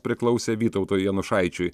priklausė vytautui janušaičiui